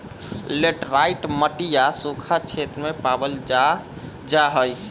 laterite मटिया सूखा क्षेत्र में पावल जाहई